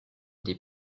des